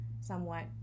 somewhat